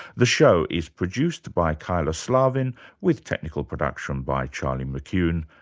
the show is produced by kyla slaven with technical production by charlie mckune.